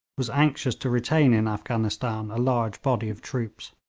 was anxious to retain in afghanistan a large body of troops.